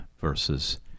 versus